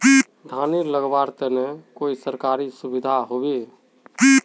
धानेर लगवार तने कोई सरकारी सुविधा होबे?